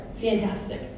fantastic